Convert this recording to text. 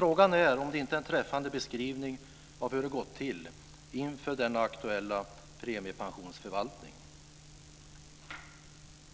Frågan är om inte det är en träffande beskrivning av hur det har gått till inför den aktuella premiepensionsförvaltningen.